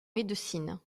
médecine